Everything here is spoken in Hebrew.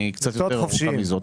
היא קצת יותר ארוכה מזאת,